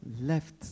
left